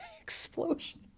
explosion